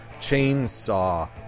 Chainsaw